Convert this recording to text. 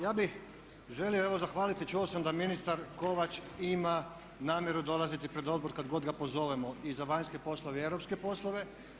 Ja bih želio evo zahvaliti, čuo sam da ministar Kovač ima namjeru dolaziti pred odbor kad god ga pozovemo i za vanjske poslove i europske poslove.